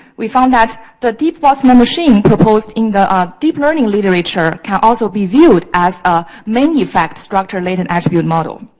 we found that the deep boss man machine proposed in the um deep learning literature can also be viewed as a manufact structure latent attribute model,